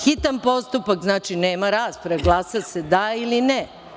Hitan postupak znači da nema rasprave, glasa se da ili ne.